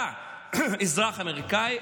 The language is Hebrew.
אתה אזרח אמריקאי,